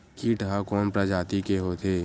कीट ह कोन प्रजाति के होथे?